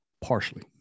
partially